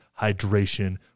hydration